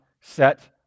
set